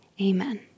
Amen